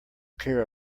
care